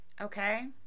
okay